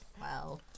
wow